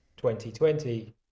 2020